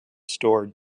store